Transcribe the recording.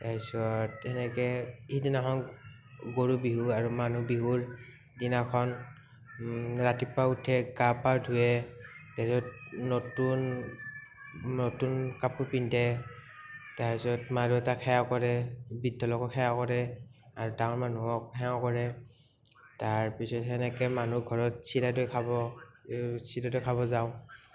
তাছত সেনেকে সিদিনাখন গৰু বিহু আৰু মানুহ বিহুৰ দিনাখন ৰাতিপুৱা উঠে গা পা ধুৱে তাছত নতুন নতুন কাপোৰ পিন্ধে তাৰছত মা দেউতাক সেৱা কৰে বৃদ্ধলোককসেৱা কৰে আৰু ডাঙৰ মানুহক সেৱা কৰে তাৰপিছত সেনেকে মানুহ ঘৰত চিৰা দৈ খাব চিৰা দৈ খাব যাওঁ